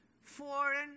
foreign